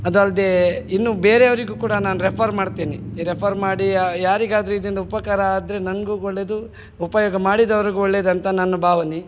ಅದಲ್ಲದೆ ಇನ್ನು ಬೇರೆಯವರಿಗು ಕೂಡ ನಾನು ರೆಫರ್ ಮಾಡ್ತೀನಿ ರೆಫರ್ ಮಾಡಿ ಯಾರಿಗಾದರು ಇದರಿಂದ ಉಪಕಾರ ಆದರೆ ನನಗೂ ಒಳ್ಳೇದು ಉಪಯೋಗ ಮಾಡಿದವರಿಗೂ ಒಳ್ಳೇದಂತ ನನ್ನ ಭಾವನೆ